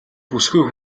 бүсгүй